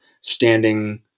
standing